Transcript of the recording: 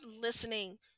listening